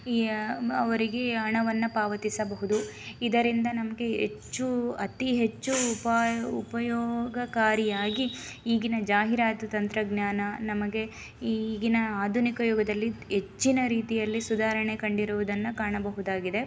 ಅವರಿಗೆ ಹಣವನ್ನು ಪಾವತಿಸಬಹುದು ಇದರಿಂದ ನಮಗೆ ಹೆಚ್ಚು ಅತಿ ಹೆಚ್ಚು ಉಪಾಯ್ ಉಪಯೋಗಕಾರಿಯಾಗಿ ಈಗಿನ ಜಾಹೀರಾತು ತಂತ್ರಜ್ಞಾನ ನಮಗೆ ಈಗಿನ ಆಧುನಿಕ ಯುಗದಲ್ಲಿ ಹೆಚ್ಚಿನ ರೀತಿಯಲ್ಲಿ ಸುಧಾರಣೆ ಕಂಡಿರುವುದನ್ನು ಕಾಣಬಹುದಾಗಿದೆ